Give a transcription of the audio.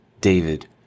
David